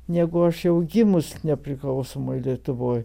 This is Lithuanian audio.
negu aš jau gimus nepriklausomoj lietuvoj